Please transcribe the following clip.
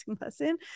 lesson